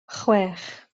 chwech